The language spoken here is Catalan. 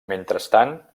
mentrestant